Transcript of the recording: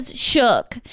shook